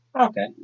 Okay